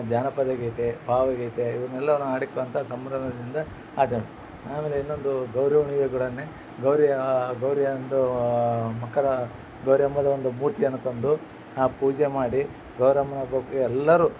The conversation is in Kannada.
ಜಾನಪದ ಗೀತೆ ಭಾವಗೀತೆ ಇವನೆಲ್ಲವನ್ನು ಆಡಿಕೊತ ಸಂಭ್ರಮದಿಂದ ಆಚರಿ ಆಮೇಲೆ ಇನ್ನೊಂದು ಗೌರಿ ಹುಣ್ಣಿವೆ ಕೂಡ ಗೌರಿ ಗೌರಿ ಯಂದು ಮಕರ ಗೌರಿ ಹಬ್ಬದ ಒಂದು ಮೂರ್ತಿಯನ್ನು ತಂದು ಆ ಪೂಜೆ ಮಾಡಿ ಗೌರಮ್ಮನ ಹಬ್ಬಕ್ಕೆ ಎಲ್ಲರು